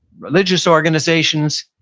religious organizations,